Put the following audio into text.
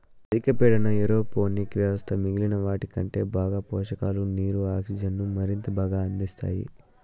అధిక పీడన ఏరోపోనిక్ వ్యవస్థ మిగిలిన వాటికంటే బాగా పోషకాలు, నీరు, ఆక్సిజన్ను మరింత బాగా అందిస్తాయి